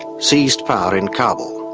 seized power in kabul.